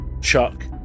Chuck